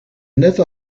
net